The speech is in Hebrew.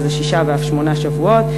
שזה שישה ואף שמונה שבועות,